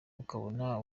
ukabona